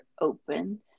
open